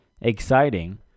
exciting